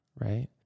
Right